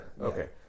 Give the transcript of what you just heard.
Okay